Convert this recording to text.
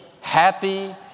happy